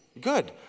Good